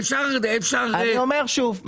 אני אומר שוב,